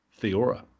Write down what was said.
Theora